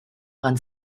kind